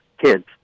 kids